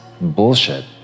bullshit